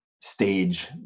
stage